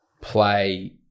play